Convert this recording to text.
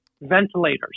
ventilators